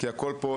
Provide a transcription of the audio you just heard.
כי הכל מגיע לפה,